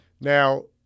now